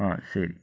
ആ ശരി